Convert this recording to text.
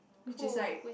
which is like